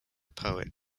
poet